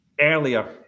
earlier